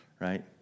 right